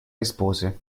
rispose